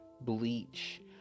Bleach